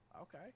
Okay